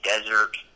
desert